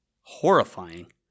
horrifying